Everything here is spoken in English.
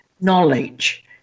knowledge